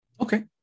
Okay